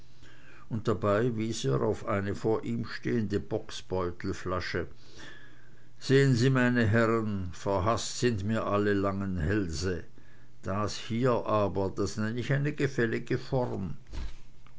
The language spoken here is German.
und dabei wies er auf eine vor ihm stehende bocksbeutelflasche sehen sie meine herren verhaßt sind mir alle langen hälse das hier aber das nenn ich eine gefällige form